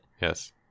Yes